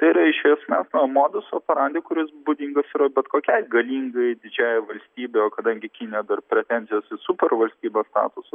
tai yra iš esmės na modus operandi kuris būdingas yra bet kokiai galingai didžiąjai valstybei o kadangi kinija dar pretenzijas į supervalstybės statusą